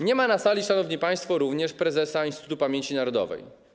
Nie ma na sali, szanowni państwo, również prezesa Instytutu Pamięci Narodowej.